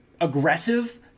aggressive